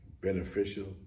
beneficial